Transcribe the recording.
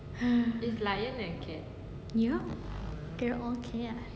ha ya they are all cats